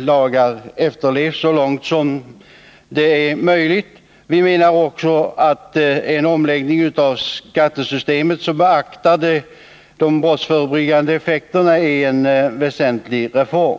lagarna efterlevs så långt som det är möjligt. Vi anser också att en omläggning av skattesystemet som beaktar de brottsförebyggande effekterna är en väsentlig reform.